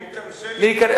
אם תרשה לי,